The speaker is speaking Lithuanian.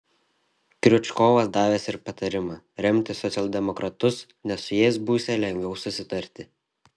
kriučkovas davęs ir patarimą remti socialdemokratus nes su jais būsią lengviau susitarti